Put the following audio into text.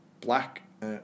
black